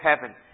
heaven